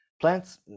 plants